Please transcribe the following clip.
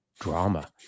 drama